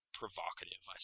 provocative